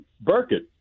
Burkett